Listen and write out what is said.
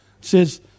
says